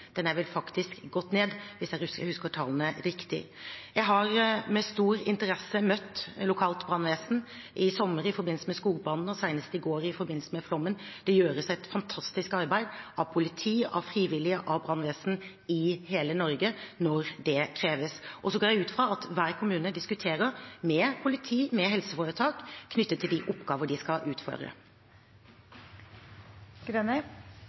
Den har vel faktisk gått ned, hvis jeg husker tallene riktig. Jeg har med stor interesse møtt lokalt brannvesen i sommer i forbindelse med skogbrannene, og senest i går i forbindelse med flommen. Det gjøres et fantastisk arbeid av politi, av frivillige og av brannvesen i hele Norge når det kreves. Og så går jeg ut fra at hver kommune diskuterer med politi og helseforetak angående de oppgaver de skal